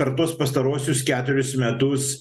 per tuos pastaruosius keturis metus